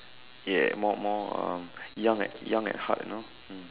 ya more more um young at young at heart you know mm